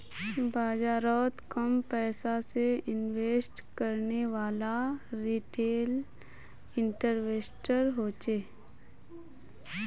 बाजारोत कम पैसा से इन्वेस्ट करनेवाला रिटेल इन्वेस्टर होछे